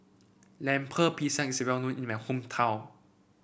Lemper Pisang is well known in my hometown